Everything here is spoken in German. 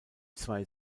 zwei